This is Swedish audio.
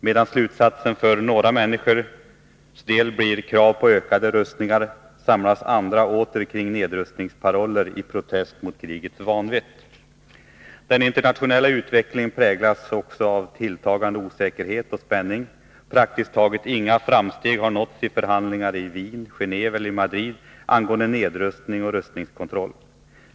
Medan slutsatsen för några människors del blir krav på ökade rustningar, samlas andra åter kring nedrustningsparoller i protest mot krigets vanvett. Den internationella utvecklingen präglas också av tilltagande osäkerhet och spänning. Praktiskt taget inga framsteg har nåtts i förhandlingar i Wien, Genéve eller Madrid angående nedrustning och rustningskontroll.